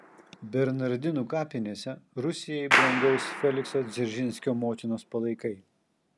bernardinų kapinėse rusijai brangaus felikso dzeržinskio motinos palaikai